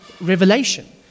revelation